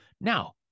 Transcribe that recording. Now